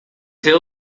hill